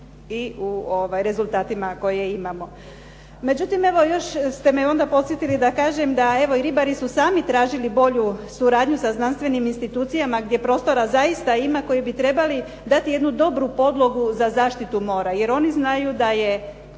i u rezultatima koje imamo. Međutim evo još ste me onda podsjetili da kažem da evo i ribari su tražili bolju suradnju sa znanstvenim institucijama gdje prostora zaista ima, koji bi trebali dati jednu dobru podlogu za zaštitu mora. Jer oni znaju da se